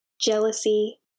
Jealousy